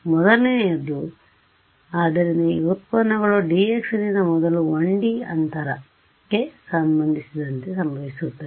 ಮೊದಲನೆಯದು ಆದ್ದರಿಂದ ಈಗ ಉತ್ಪನ್ನಗಳು dxನಿಂದ ಮೊದಲ 1 D ಅಂತರಕ್ಕೆ ಸಂಬಂಧಿಸಿದಂತೆ ಸಂಭವಿಸುತ್ತವೆ